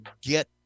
get